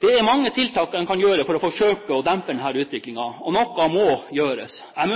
Det er mange tiltak en kan gjøre for å forsøke å dempe denne utviklingen, og noe må gjøres. Jeg